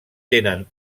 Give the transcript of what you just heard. tenen